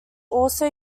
also